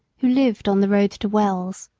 who lived on the road to wells.